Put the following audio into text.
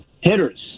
hitters